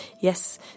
yes